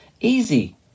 easy